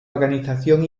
organización